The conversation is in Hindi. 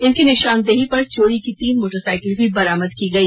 इनकी निषानदेही पर चोरी की तीन मोटरसाईकिल भी बरामद की गई